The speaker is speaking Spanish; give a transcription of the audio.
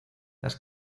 las